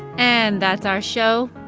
and that's our show.